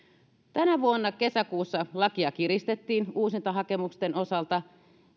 tänä vuonna kesäkuussa lakia kiristettiin uusintahakemusten osalta